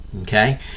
Okay